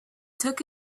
took